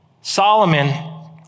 Solomon